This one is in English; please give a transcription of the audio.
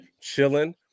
Chilling